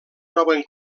troben